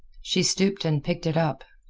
she stooped and picked it up.